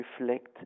reflect